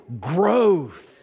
growth